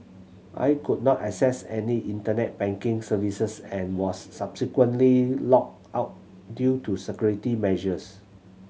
I could not access any Internet banking services and was subsequently locked out due to security measures